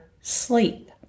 sleep